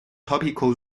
tropical